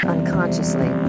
Unconsciously